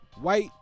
white